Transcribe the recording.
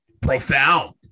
profound